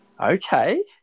Okay